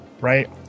right